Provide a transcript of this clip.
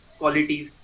qualities